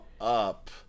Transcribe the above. up